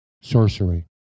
sorcery